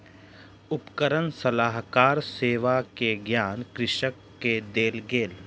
उपकरण सलाहकार सेवा के ज्ञान कृषक के देल गेल